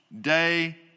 day